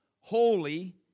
holy